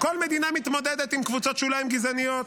בעולם מתמודדת עם קבוצות שוליים קיצוניות,